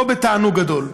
לא בתענוג גדול.